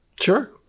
Sure